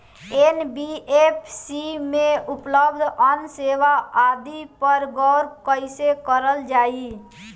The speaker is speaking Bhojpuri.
एन.बी.एफ.सी में उपलब्ध अन्य सेवा आदि पर गौर कइसे करल जाइ?